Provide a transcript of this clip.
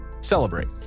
celebrate